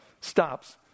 stops